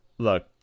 Look